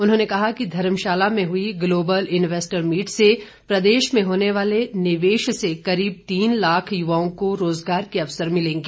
उन्होंने कहा कि धर्मशाला में हुई ग्लोबल इन्वेस्टर मीट से प्रदेश में होने वाले निवेश से करीब तीन लाख युवाओं को रोजगार के अवसर मिलेंगे